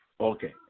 Okay